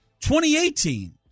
2018